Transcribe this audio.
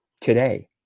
today